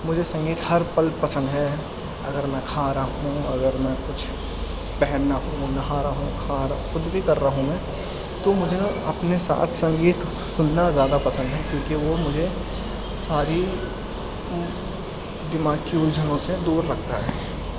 مجھے سنگیت ہر پل پسند ہے اگر میں کھا رہا ہوں اگر میں کچھ پہن رہا ہوں نہا رہا ہوں کھا رہا کچھ بھی کر رہا ہوں میں تو مجھے اپنے ساتھ سنگیت سننا زیادہ پسند ہے کیوںکہ وہ مجھے ساری دماغ کی الجھنوں سے دور رکھتا ہے